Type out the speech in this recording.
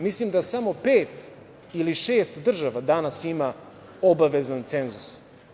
Mislim da samo pet ili šest država danas ima obavezan cenzus.